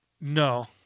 No